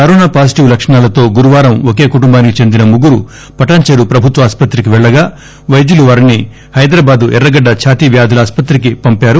corona positive లక్షణాలతో గురువారం ఒకే కుటుంబానికి చెందిన ముగ్గురు పటాన్చెరు ప్రభుత్వ ఆసుపత్రికి వెళ్లగా వైద్యులు వారిని హైదరాబాద్ ఎర్రగడ్ల ఛాతీవ్వాధుల ఆసుపత్రికి పంపారు